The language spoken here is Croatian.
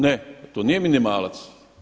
Ne, to nije minimalac.